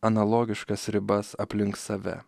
analogiškas ribas aplink save